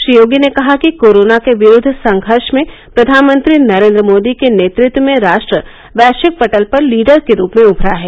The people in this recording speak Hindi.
श्री योगी ने कहा कि कोरोना के विरूद्व संघर्ष में प्रधानमंत्री नरेंद् मोदी के नेतृत्व में राष्ट्र वैश्विक पटल पर लीडर के रूप में उभरा है